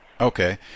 Okay